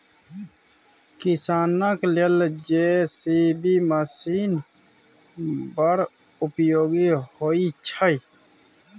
किसानक लेल JCB machine बड़ उपयोगी होइ छै